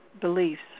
beliefs